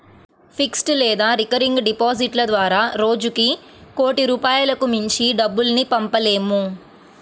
fixed లేదా recurring డిపాజిట్ల ద్వారా రోజుకి కోటి రూపాయలకు మించి డబ్బుల్ని పంపలేము